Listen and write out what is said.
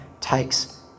takes